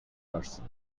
person